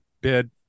bid